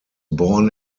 born